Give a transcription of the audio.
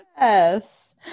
yes